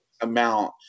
amount